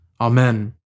Amen